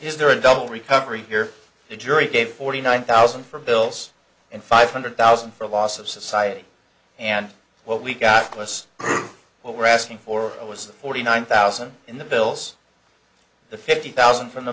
is there a double recovery here the jury gave forty nine thousand for bills and five hundred thousand for a loss of society and what we got close what we're asking for was the forty nine thousand in the bills the fifty thousand from the